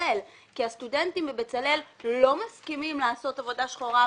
מבצלאל כי הסטודנטים בבצלאל לא מסכימים לעשות עבודה שחורה,